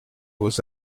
aux